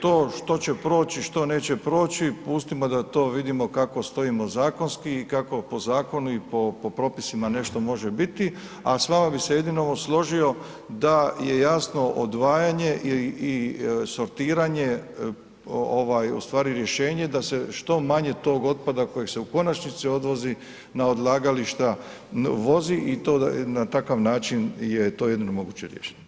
To što će proći, što neće proći, pustimo da to vidimo kako stojimo zakonski i kako po zakonu i po propisima nešto može biti a s vama bi se jedino složio da je jasno odvajanje i sortiranje ustvari rješenje da se što manje tog otpada kojeg se u konačnici odvozi na odlagališta vozi i to na takav je to jedino moguće riješiti.